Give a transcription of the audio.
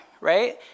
right